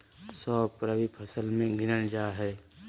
सौंफ रबी फसल मे गिनल जा हय